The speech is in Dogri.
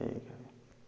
ठीक ऐ